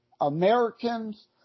Americans